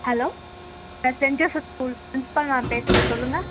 hello நான் Saint Joseph school principal ma'am பேசுகிறேன் சொல்லுங்கள்